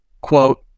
quote